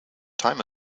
time